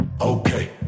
okay